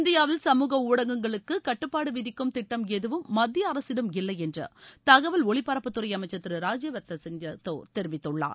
இந்தியாவில் சமூக ஊடகங்களுக்கு கட்டுப்பாடு விதிக்கும் திட்டம் எதுவும் மத்திய அரசிடம் இல்லையென்று தகவல் ஒலிபரப்புத்துறை அமைச்சர் திரு ராஜ்யவர்தன்சிங் ரத்தோர் தெரிவித்துள்ளார்